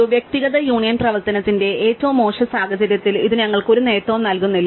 ഒരു വ്യക്തിഗത യൂണിയൻ പ്രവർത്തനത്തിന്റെ ഏറ്റവും മോശം സാഹചര്യത്തിൽ ഇത് ഞങ്ങൾക്ക് ഒരു നേട്ടവും നൽകുന്നില്ല